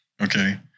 Okay